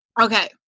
Okay